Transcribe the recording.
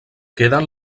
queden